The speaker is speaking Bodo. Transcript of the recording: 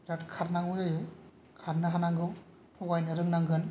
बिराद खारनांगौ जायो खारनो हानांगौ थगायनो रोंनांगोन